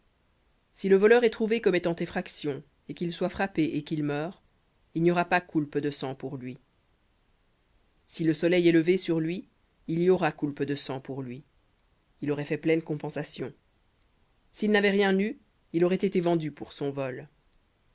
si le voleur est trouvé commettant effraction et qu'il soit frappé et qu'il meure il n'y aura pas coulpe de sang pour lui si le soleil est levé sur lui il y aura coulpe de sang pour lui il aurait fait pleine compensation s'il n'avait rien eu il aurait été vendu pour son vol